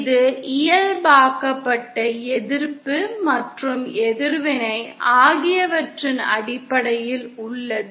இது இயல்பாக்கப்பட்ட எதிர்ப்பு மற்றும் எதிர்வினை ஆகியவற்றின் அடிப்படையில் உள்ளது